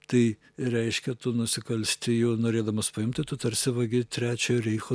tai reiškia tu nusikalsti jo norėdamas paimti tu tarsi vagi trečiojo reicho